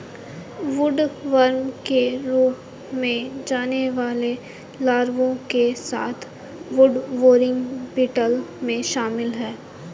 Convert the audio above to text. woodworm के रूप में जाने वाले लार्वा के साथ वुडबोरिंग बीटल में शामिल हैं